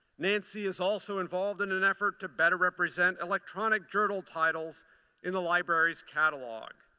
nancy is also involved in an effort to better represent electronic journal titles in the library's catalog.